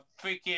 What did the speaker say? freaking